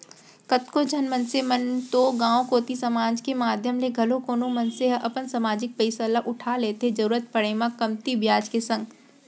कतको झन मनसे मन तो गांव कोती समाज के माधियम ले घलौ कोनो मनसे ह अपन समाजिक पइसा ल उठा लेथे जरुरत पड़े म कमती बियाज के संग